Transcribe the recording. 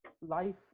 life